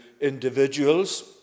individuals